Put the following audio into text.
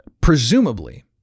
Presumably